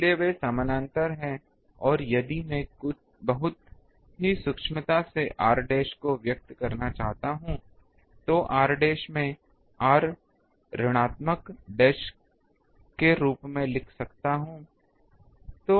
इसलिए वे समानांतर हैं और यदि मैं बहुत ही सूक्ष्मता से r डैश को व्यक्त करना चाहता हूं तो r डैश मैं r ऋणात्मक डैश के रूप में लिख सकता हूं